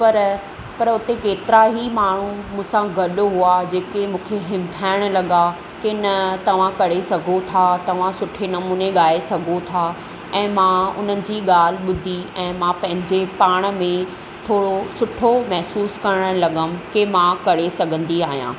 पर पर हुते केतिरा ई माण्हू मूं सां गॾु हुआ जेके मूंखे हिमथाइण लॻा कि न तव्हां करे सघो था तव्हां सुठे नमूने ॻाए सघो था ऐं मां उन्हनि जी ॻाल्हि ॿुधी ऐं मां पंहिंजे पाण में थोरो सुठो महिसूसु करण लॻमि कि मां करे सघंदी आहियां